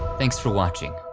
thanks for watching!